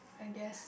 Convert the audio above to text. I guess